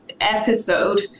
episode